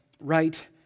right